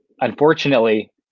unfortunately